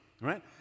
right